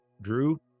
drew